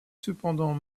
cependant